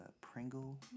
Pringle